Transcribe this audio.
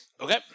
Okay